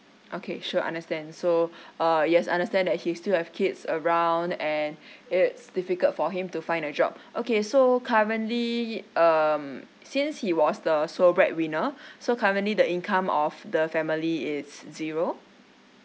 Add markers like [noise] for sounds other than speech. okay sure understand so [breath] uh yes understand that he still have kids around and [breath] it's difficult for him to find a job okay so currently um since he was the sole bread winner [breath] so currently the income of the family it's zero